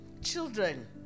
Children